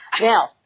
Now